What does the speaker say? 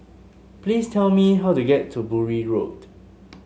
please tell me how to get to Bury Road